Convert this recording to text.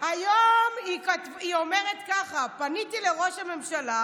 היום היא אומרת ככה: "פניתי לראש הממשלה